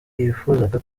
yifuzaga